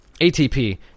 ATP